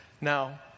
Now